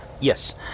Yes